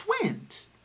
twins